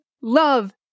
love